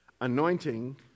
Anointing